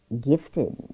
gifted